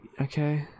okay